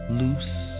loose